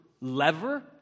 lever